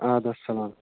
اَدٕ حظ چلو